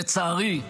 לצערי,